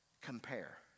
Compare